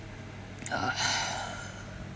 uh